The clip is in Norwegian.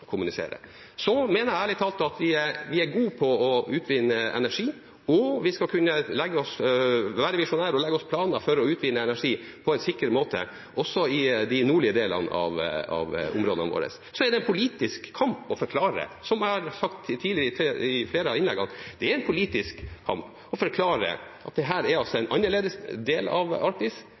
kommunisere. Jeg mener ærlig talt at vi er gode på å utvinne energi, og vi skal kunne være visjonære og legge planer for å utvinne energi på en sikker måte, også i de nordlige delene av områdene våre. Som jeg har sagt i flere av innleggene tidligere, er det en politisk kamp å forklare at dette er en annerledes del av Arktis – her bor det mennesker, her virker mennesker, her studerer vi, her vokser unger opp, her